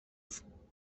stacyjnych